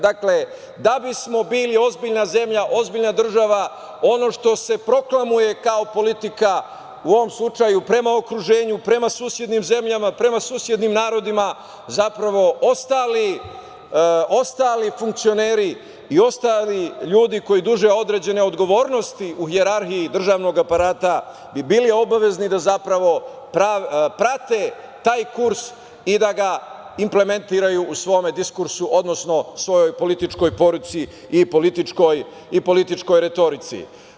Dakle, da bismo bili ozbiljna zemlja, ozbiljna država, ono što se proklamuje kao politika, u ovom slučaju prema okruženju, prema susednim zemljama, prema susednim narodima, zapravo ostali funkcioneri i ostali ljudi koji duže određene odgovornosti u hijerarhiji državnog aparata bi bili obavezni da zapravo prate taj kurs i da ga implementiraju u svome diskursu, odnosno svojoj političkoj poruci i političkoj retorici.